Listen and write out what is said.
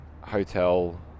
hotel